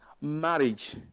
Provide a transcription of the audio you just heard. Marriage